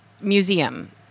museum